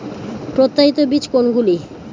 প্রত্যায়িত বীজ কোনগুলি?